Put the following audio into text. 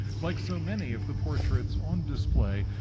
like so many of the portraits on display,